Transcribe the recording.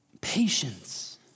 patience